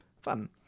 fun